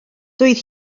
doedd